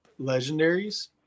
legendaries